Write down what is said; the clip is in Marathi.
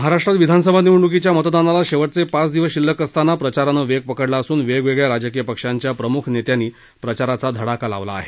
महाराष्ट्रात विधानसभा निवडणुकीच्या मतदानाला शेवटचे पाच दिवस शिल्लक असताना प्रचारानं वेग पकडला असून वेगवेगळ्या राजकीय पक्षांच्या प्रमुख नेत्यांनी प्रचाराचा धडाका लावला आहे